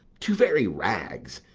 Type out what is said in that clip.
to very rags,